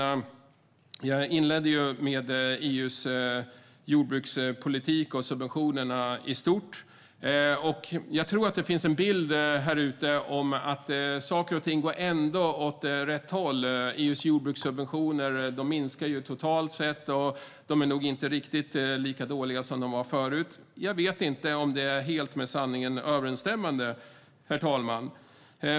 Jag inledde med att tala om EU:s jordbrukspolitik och subventionerna i stort. Jag tror att det finns en bild där ute om att saker och ting ändå går åt rätt håll: EU:s jordbrukssubventioner minskar totalt sett, och de är nog inte riktigt lika dåliga som förut. Jag vet inte om det är helt med sanningen överensstämmande, herr talman.